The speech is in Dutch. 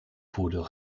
voordeel